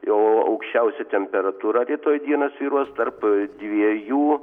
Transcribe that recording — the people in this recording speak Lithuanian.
o aukščiausia temperatūra rytoj dieną svyruos tarp dviejų